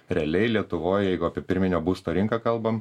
realiai lietuvoj jeigu apie pirminio būsto rinką kalbam